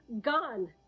gone